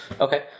Okay